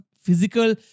physical